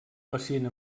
pacient